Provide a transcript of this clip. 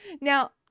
now